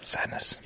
sadness